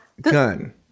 gun